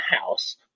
house